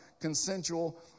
consensual